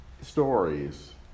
stories